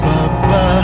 Papa